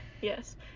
yes